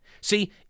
See